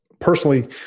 personally